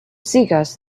cigars